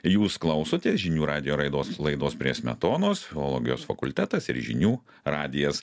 jūs klausotės žinių radijo raidos laidos prie smetonos filologijos fakultetas ir žinių radijas